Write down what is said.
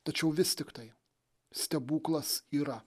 tačiau vis tiktai stebuklas yra